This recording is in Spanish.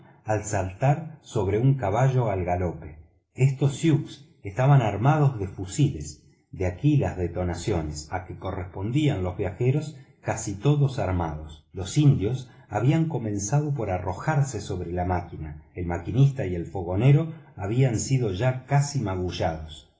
al saltar sobre un caballo al galope estos sioux estaban armados de fusiles de aqui las detonaciones a que correspondían los viajeros casi todos armados los indios habían comenzado por arrojarse sobre la máquina el maquinista y el fogonero habían sido ya casi magullados